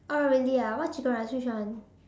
oh really ah what chicken rice which one